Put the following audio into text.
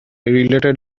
related